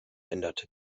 änderte